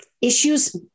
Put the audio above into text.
Issues